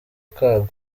kabwo